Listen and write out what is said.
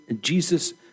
Jesus